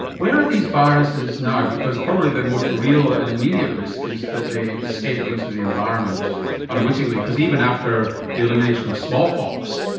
where are these viruses now, because probably the most real and immediate risk is that they escape into the environment unwittingly. because even after the elimination of smallpox,